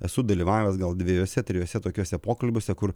esu dalyvavęs gal dviejuose trijuose tokiuose pokalbiuose kur